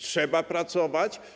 Trzeba pracować.